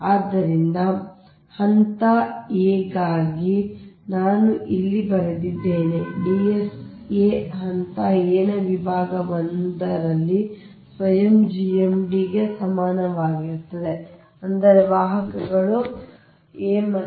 ಆದ್ದರಿಂದ ಹಂತ a ಗಾಗಿ ನಾನು ಇಲ್ಲಿ ಬರೆದಿದ್ದೇನೆ D sa ಹಂತ a ನ ವಿಭಾಗ 1 ರಲ್ಲಿ ಸ್ವಯಂ GMD ಗೆ ಸಮಾನವಾಗಿರುತ್ತದೆ ಅಂದರೆ ವಾಹಕಗಳು a ಮತ್ತು a ಮಾತ್ರ